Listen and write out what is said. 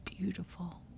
beautiful